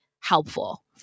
helpful